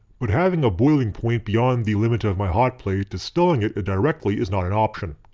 but having a boiling point beyond the limit of my hotplate distilling it directly is not an option.